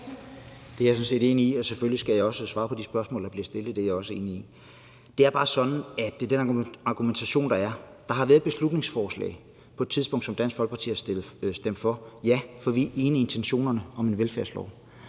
Det er jeg sådan set enig i. Og selvfølgelig skal jeg også svare på de spørgsmål, der bliver stillet; det er jeg også enig i. Det er bare sådan, at den argumentation, der er, vedrører, at der på et tidspunkt har været et beslutningsforslag, som Dansk Folkeparti har stemt for. Ja, for vi er enige i intentionerne om en velfærdslov.